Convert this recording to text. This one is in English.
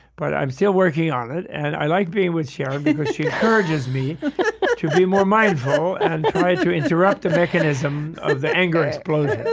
but i'm still working on it. and i like being with sharon because she encourages me to be more mindful and tries to interrupt the mechanism of the anger explosion,